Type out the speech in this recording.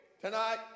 tonight